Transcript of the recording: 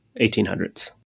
1800s